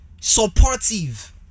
supportive